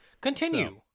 Continue